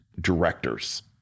directors